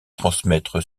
transmettre